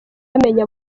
bamenya